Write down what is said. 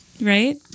Right